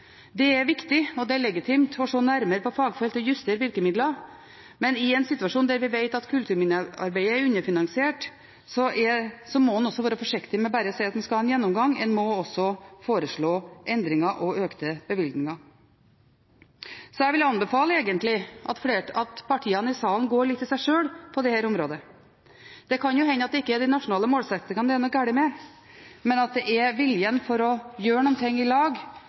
Det er viktig og legitimt å se nærmere på fagfelt og å justere virkemidler, men i en situasjon der vi vet at kulturminnearbeidet er underfinansiert, må en være forsiktig med bare å si at en skal ha en gjennomgang – en må også foreslå endringer og økte bevilgninger. Jeg vil egentlig anbefale at partiene i salen går litt i seg sjøl på dette området. Det kan jo hende at det ikke er de nasjonale målsettingene det er noe galt med, men viljen til å gjøre noe i lag når det gjelder et tverrpolitisk løft på kulturminnefeltet. Fra Senterpartiets side er